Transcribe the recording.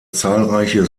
zahlreiche